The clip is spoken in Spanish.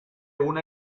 una